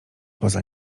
poza